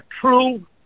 true